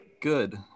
Good